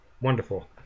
wonderful